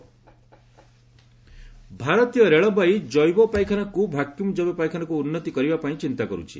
rail ଭାରତୀୟ ରେଳବାଇ ଜୈବ ପାଇଖାନାକୁ ଭାକ୍ୟୁମ ଜୈବ ପାଇଖାନାକୁ ଉନ୍ତିକରିବା ପାଇଁ ଚିନ୍ତା କରୁଛି